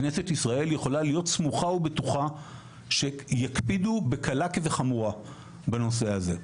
כנסת ישראל יכולה להיות סמוכה ובטוחה שיקפידו בקלה כחמורה בנושא הזה.